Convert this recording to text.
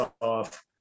off